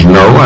no